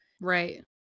Right